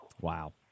Wow